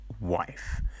wife